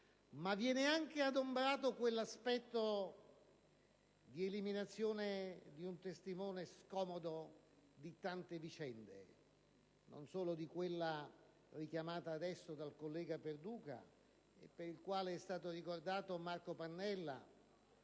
però anche adombrato l'aspetto di eliminazione di un testimone scomodo di tante vicende, non solo di quella richiamata dal collega Perduca, per la quale è stato ricordato Marco Pannella,